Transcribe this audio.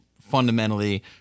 fundamentally